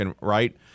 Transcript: right